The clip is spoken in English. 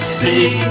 see